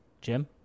Jim